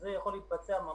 אני מצטרף לקריאה של שי,